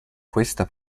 questa